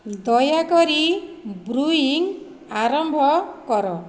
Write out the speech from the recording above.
ଦୟାକରି ବ୍ରୁଇଂ ଆରମ୍ଭ କର